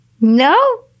No